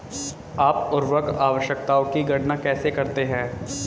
आप उर्वरक आवश्यकताओं की गणना कैसे करते हैं?